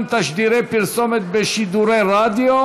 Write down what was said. הרווחה והבריאות.